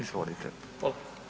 Izvolite.